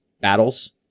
battles